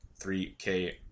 3K